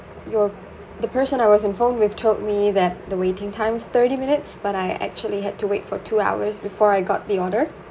your the person I was informed with told me that the waiting time's thirty minutes but I actually had to wait for two hours before I got the order